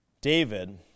David